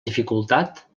dificultat